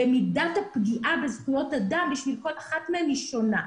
ומידת הפגיעה בזכויות אדם בשביל כל אחת מהן היא שונה.